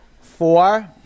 Four